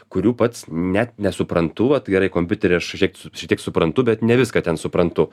kurių pats net nesuprantu vat gerai kompiuterį aš kažkiek šiek tiek suprantu bet ne viską ten suprantu